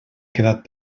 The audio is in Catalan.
quedat